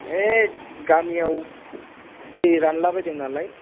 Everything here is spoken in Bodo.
ओइद गामिआव दै रानलाबायदों नालाय